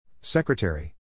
Secretary